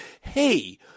Hey